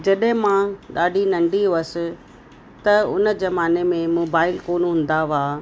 जॾहिं मां ॾाढी नंढी हुअसि त हुन ज़माने में मोबाइल कोन हूंदा हुआ